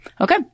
Okay